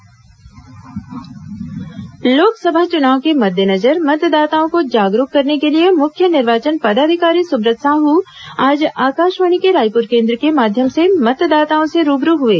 Subrat Sahu phone in live Lok Sabha चुनाव के मद्देनजर मतदाताओं को जागरुक करने के लिए मुख्य निर्वाचन पदाधिकारी सुब्रत साह आज आकाशवाणी के रायपुर केन्द्र के माध्यम से मतदाताओं से रूबरू हुए